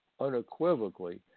unequivocally